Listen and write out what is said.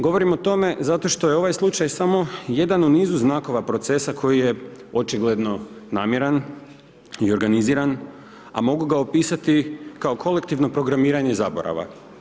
Govorim o tome, zato što je ovaj slučaj, samo jedan u nizu znakova procesa koji je očigledno namjeran i organiziran, a mogu ga opisati, kao kolektivno programiranje zaborava.